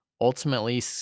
Ultimately